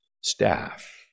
staff